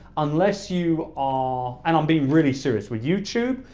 unless you are, and i'm being really serious, with youtube,